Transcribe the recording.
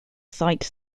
site